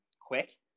Quick